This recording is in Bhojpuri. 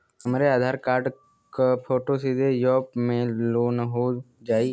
हमरे आधार कार्ड क फोटो सीधे यैप में लोनहो जाई?